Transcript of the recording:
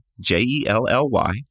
J-E-L-L-Y